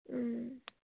ꯎꯝ